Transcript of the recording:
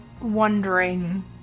wondering